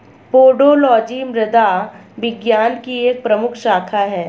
pedology मृदा विज्ञान की एक प्रमुख शाखा है